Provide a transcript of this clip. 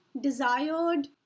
desired